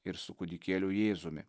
ir su kūdikėliu jėzumi